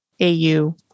AU